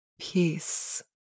peace